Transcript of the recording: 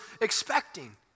expecting